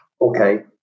Okay